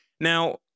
Now